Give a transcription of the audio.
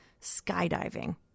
skydiving